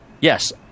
yes